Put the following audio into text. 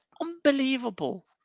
unbelievable